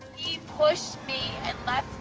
he pushed me and left